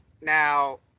now